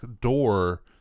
door